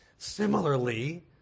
Similarly